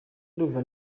ndumva